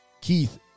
Keith